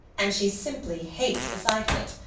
and she simply hates the sight of it.